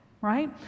right